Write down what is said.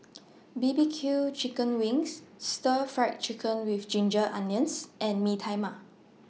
B B Q Chicken Wings Stir Fry Chicken with Ginger Onions and Mee Tai Mak